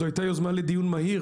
זאת הייתה יוזמה לדיון מהיר,